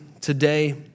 today